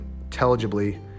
intelligibly